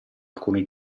alcuni